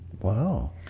Wow